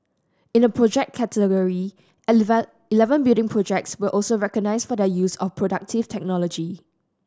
in the project category eleven building projects were also recognised for their use of productive technology